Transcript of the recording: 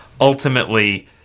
ultimately